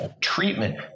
treatment